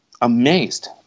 amazed